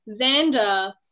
Xander